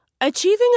Achieving